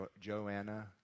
Joanna